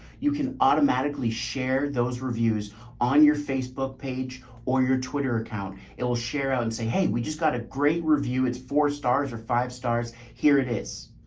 you can automatically share those reviews on your facebook page or your twitter account. it'll share out and say, hey, we just got a great review. it's four stars or five stars. here it is.